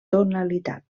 tonalitat